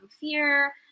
fear